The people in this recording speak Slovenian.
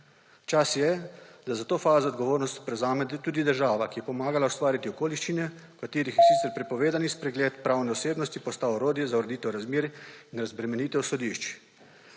Čas je, da za to fazo odgovornost prevzame tudi država, ki je pomagala ustvariti okoliščine, v katerih je sicer prepovedani spregled pravne osebnosti postal orodje za ureditev razmer in razbremenitev sodišč.